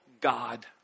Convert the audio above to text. God